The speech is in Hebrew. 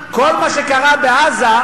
כל מה שקרה בעזה,